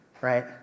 right